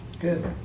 good